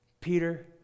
Peter